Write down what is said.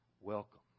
Welcome